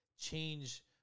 change